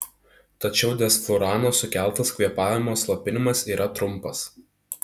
tačiau desflurano sukeltas kvėpavimo slopinimas yra trumpas